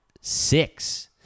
six